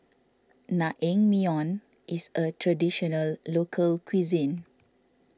Naengmyeon is a Traditional Local Cuisine